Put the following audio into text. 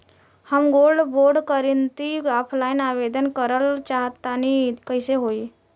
हम gold bond करंति offline आवेदन करल चाह तनि कइसे होई?